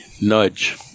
nudge